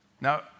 Now